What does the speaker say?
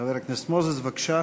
חבר הכנסת מוזס, בבקשה.